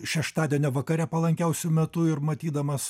šeštadienio vakare palankiausiu metu ir matydamas